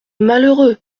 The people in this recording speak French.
malheureux